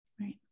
Right